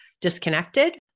disconnected